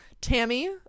Tammy